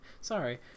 sorry